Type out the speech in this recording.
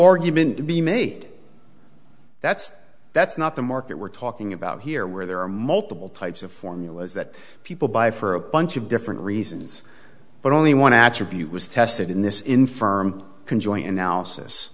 argument to be made that's that's not the market we're talking about here where there are multiple types of formulas that people buy for a bunch of different reasons but only one attribute was tested in this infirm can join